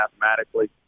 mathematically